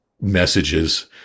messages